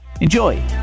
Enjoy